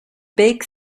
big